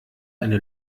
eine